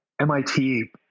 MIT